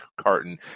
carton